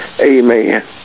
Amen